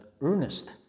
earnest